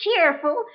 cheerful